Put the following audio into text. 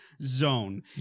zone